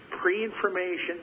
pre-information